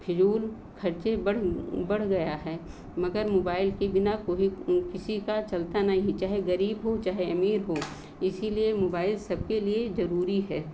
फ़िजूल खर्चे बढ़ बढ़ गया है मगर मोबाइल के बिना कोई किसी का चलता नहीं चाहे ग़रीब हो चाहे अमीर हो इसीलिए मोबाइल सबके लिए ज़रूरी है